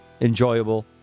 enjoyable